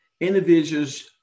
individuals